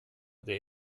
der